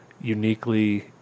uniquely